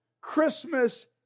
Christmas